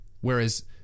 Whereas